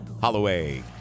Holloway